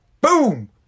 boom